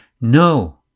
No